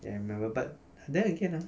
ya I remember but then again ah